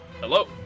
Hello